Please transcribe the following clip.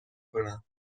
کنم